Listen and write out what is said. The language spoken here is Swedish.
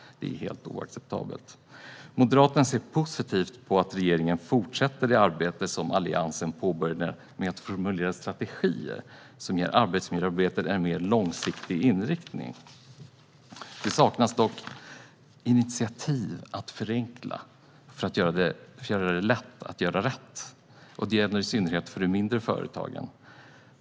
Det är helt oacceptabelt. Moderaterna ser positivt på att regeringen fortsätter det arbete som Alliansen påbörjade med att formulera strategier som ger arbetsmiljöarbetet en mer långsiktig inriktning. Det saknas dock initiativ att förenkla för att göra det lätt att göra rätt. Detta gäller i synnerhet för de mindre företagen.